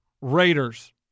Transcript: Raiders